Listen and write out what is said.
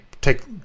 take